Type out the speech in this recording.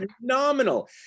phenomenal